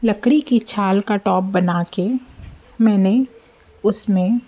लकड़ी की छाल का टॉप बना कर मैंने उसमें